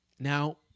Now